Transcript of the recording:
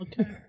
okay